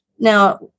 Now